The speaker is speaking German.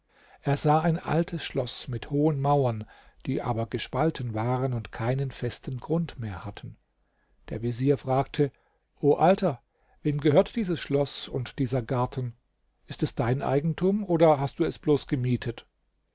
er sah ein altes schloß mit hohen mauern die aber gespalten waren und keinen festen grund mehr hatten der vezier fragte o alter wem gehört dieses schloß und dieser garten ist es dein eigentum oder hast du es bloß gemietet